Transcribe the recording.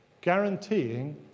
guaranteeing